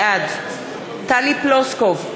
בעד טלי פלוסקוב,